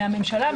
מהממשלה,